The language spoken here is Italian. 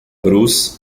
bruce